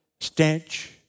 stench